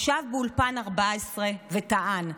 ישב באולפן 14 וטען: